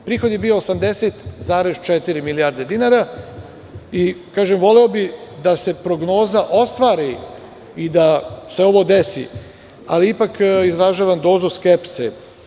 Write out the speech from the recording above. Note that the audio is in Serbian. Prihod je bio 80,4 milijarde dinara, i voleo bih da se prognoza ostvari i da se ovo desi, ali ipak izražavam dozu skepse.